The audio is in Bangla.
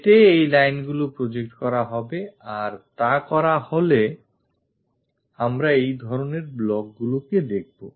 এতে এই line গুলি project করা হবে আর তা করা হলে আমরা এই ধরনের blockগুলিকে দেখবো